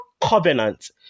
covenant